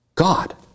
God